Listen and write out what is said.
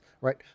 right